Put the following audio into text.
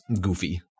goofy